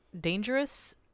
dangerous